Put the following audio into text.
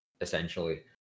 essentially